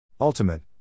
Ultimate